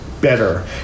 better